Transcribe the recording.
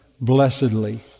blessedly